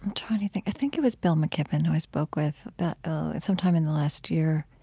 i'm trying to think. i think it was bill mckibben who i spoke with sometime in the last year